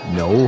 no